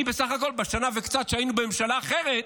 בסך הכול, בשנה וקצת שהיינו בממשלה אחרת,